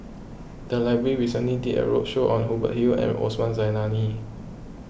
the library recently did a roadshow on Hubert Hill and Osman Zailani